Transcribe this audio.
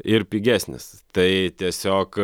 ir pigesnis tai tiesiog